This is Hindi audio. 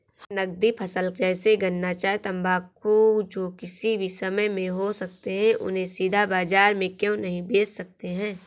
हम नगदी फसल जैसे गन्ना चाय तंबाकू जो किसी भी समय में हो सकते हैं उन्हें सीधा बाजार में क्यो नहीं बेच सकते हैं?